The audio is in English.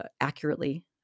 accurately